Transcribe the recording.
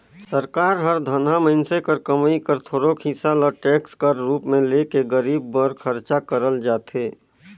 सरकार हर धनहा मइनसे कर कमई कर थोरोक हिसा ल टेक्स कर रूप में ले के गरीब बर खरचा करल जाथे